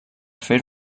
fer